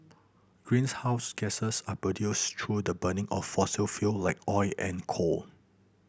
greens house gases are produced through the burning of fossil fuel like oil and coal